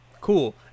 cool